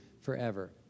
forever